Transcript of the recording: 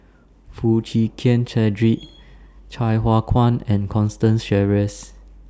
Foo Chee Keng Cedric Sai Hua Kuan and Constance Sheares